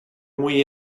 muy